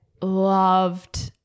loved